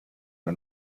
una